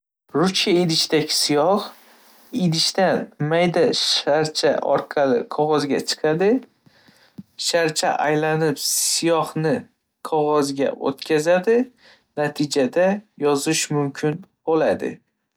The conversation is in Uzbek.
Ruchka ichidagi siyoh idishidan mayda sharcha orqali qog'ozga chiqadi. Sharcha aylanib, siyohni qog'ozga o'tkazadi, natijada yozish mumkin bo'ladi.